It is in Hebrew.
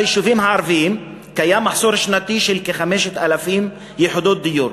ביישובים הערביים קיים מחסור שנתי של כ-5,000 יחידות דיור,